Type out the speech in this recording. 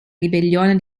ribellione